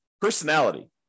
personality